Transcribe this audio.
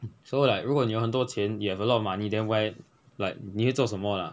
so like 如果你有很多钱 you have a lot of money then why like 你会做什么 lah